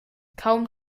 kaum